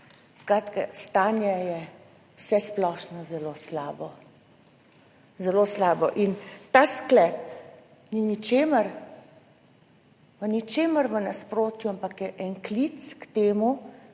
Skratka, stanje je vsesplošno zelo slabo. Zelo slabo. In ta sklep ni v ničemer, v ničemer v nasprotju, ampak je en klic k temu,